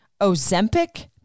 ozempic